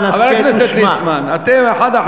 כיום, חבר הכנסת ליצמן, הסכת ושמע.